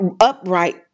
upright